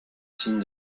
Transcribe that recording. signe